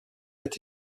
est